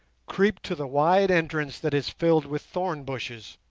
creep to the wide entrance that is filled with thorn bushes,